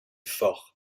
fort